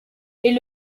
est